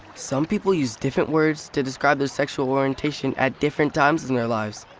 some people use different words to describe their sexual orientation at different times in their lives.